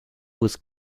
was